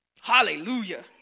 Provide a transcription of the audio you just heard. Hallelujah